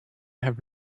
have